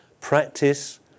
practice